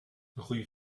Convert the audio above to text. rue